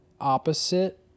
opposite